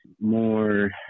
more